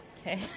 okay